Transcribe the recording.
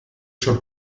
schon